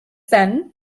then